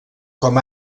com